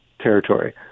territory